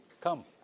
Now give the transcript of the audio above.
Come